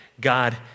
God